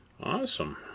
Awesome